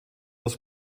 das